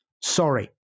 Sorry